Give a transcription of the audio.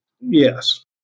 Yes